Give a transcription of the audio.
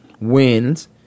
wins